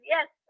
Yes